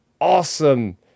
awesome